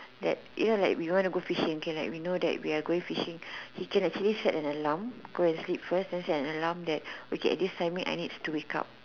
that you know like we want to go fishing okay like we know that we are going fishing he can actually set the alarm go and sleep first and set an alarm that okay at this timing I need to wake up